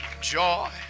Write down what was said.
Joy